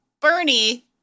Bernie